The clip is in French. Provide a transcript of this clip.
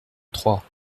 troyes